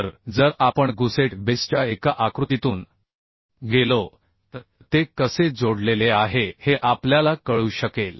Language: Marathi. तर जर आपण गुसेट बेसच्या एका आकृतीतून गेलो तर ते कसे जोडलेले आहे हे आपल्याला कळू शकेल